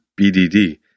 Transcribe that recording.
BDD